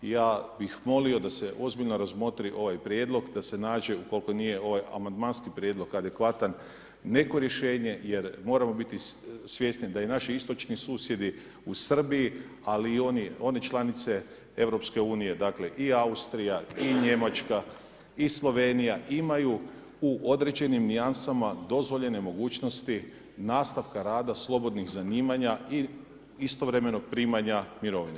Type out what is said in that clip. I ja bih molio da se ozbiljno razmotri ovaj prijedlog i da se nađe ukoliko nije ovaj amandmanski prijedlog adekvatan neko rješenje jer moramo biti svjesni da i naši istočni susjedi u Srbiji ali i one članice EU, dakle i Austrija i Njemačka i Slovenija imaju u određenim nijansama dozvoljene mogućnosti nastavka rada slobodnih zanimanja i istovremenog primanja mirovine.